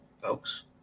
folks